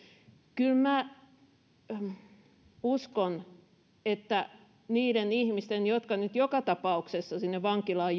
kyllä minä uskon että niiden ihmisten jotka nyt joka tapauksessa sinne vankilaan